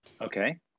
Okay